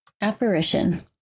Apparition